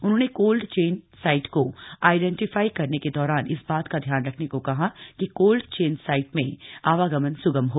उन्होंने cold chain site को identify करने के दौरान इस बात का ध्यान रखने को कहा कि कोल्ड चेन साइट में आवागमन स्गम हो